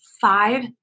five